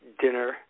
dinner